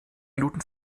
minuten